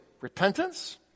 repentance